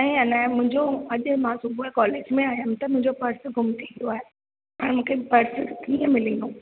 ऐं अन मुंहिंजो अॼु मां सुबुह जो कॉलेज में आयमि त मुंहिंजो पर्स घुम थी वियो आहे ऐं मूंखे पर्स कीअं मिलंदो